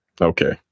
Okay